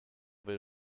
will